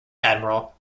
admiral